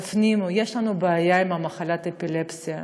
תפנימו: יש לנו בעיה עם מחלת האפילפסיה,